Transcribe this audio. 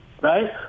Right